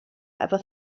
efo